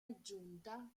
aggiunta